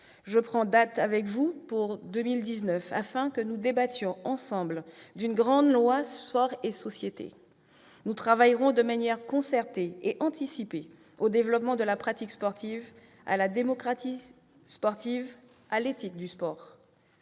je prends date pour 2019, afin que nous débattions, ensemble, d'une grande loi « sport et société ». Nous travaillerons de manière concertée et anticipée au développement de la pratique sportive, à la démocratie sportive et à l'éthique du sport.